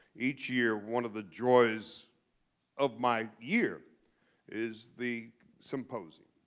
each year one of the joys of my year is the symposium.